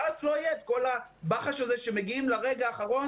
ואז לא יהיה את כל הבחש הזה שמגיעים לרגע האחרון